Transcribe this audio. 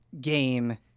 game